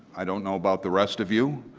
i don't know about the rest of you